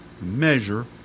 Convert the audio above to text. measure